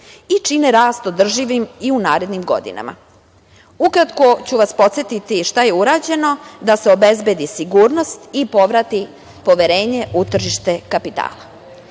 i čine rast održivim i u narednim godinama. Ukratko ću vas podsetiti šta je urađeno da se obezbedi sigurnost i povrati poverenje u tržište kapitala. Dinar